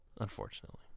Unfortunately